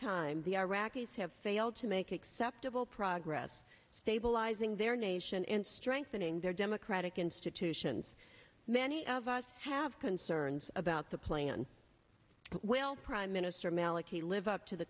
time the iraqis have failed to make acceptable progress stabilizing their nation and strengthening their democratic institutions many of us have concerns about the plan will prime minister maliki live up to the